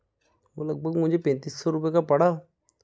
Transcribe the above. वह लगभग मुझे पैंतीस सौ रुपये का पड़ा